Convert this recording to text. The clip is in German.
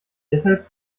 deshalb